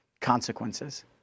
consequences